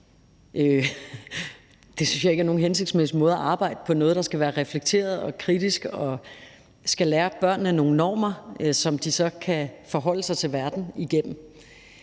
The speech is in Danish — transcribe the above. Det synes jeg ikke er nogen hensigtsmæssig måde at arbejde for noget på, der skal gøre børnene reflekterede og kritiske og lære dem nogle normer, som de så kan forholde sig til verden ud fra.